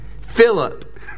Philip